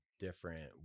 Different